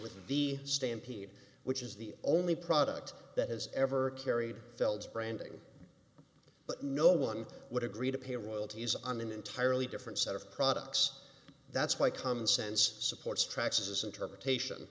with the stampede which is the only product that has ever carried branding but no one would agree to pay royalties on an entirely different set of products that's why common sense supports tracks of this interpretation